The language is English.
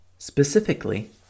Specifically